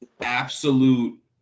absolute